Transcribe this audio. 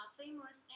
famous